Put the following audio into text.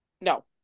No